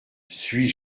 suis